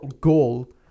goal